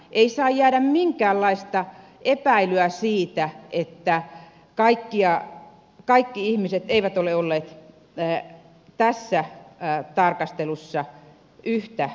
ei saa jäädä minkäänlaista epäilyä siitä että kaikki ihmiset eivät ole olleet tässä tarkastelussa yhtä tärkeitä